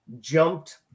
jumped